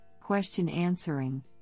question-answering